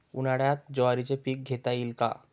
उन्हाळ्यात ज्वारीचे पीक घेता येईल का?